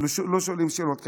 ולא שואלים שאלות כאלה.